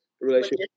relationship